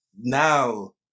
now